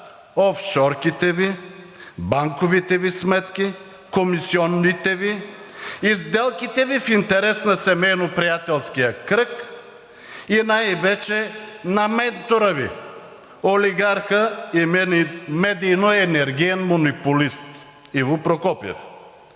офшорките Ви, банковите Ви сметки, комисионите Ви и сделките Ви в интерес на семейно приятелския кръг и най-вече на ментора Ви – олигарха и медийно-енергиен монополист Иво Прокопиев.